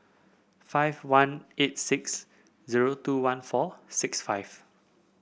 five one eight six zero two one four six five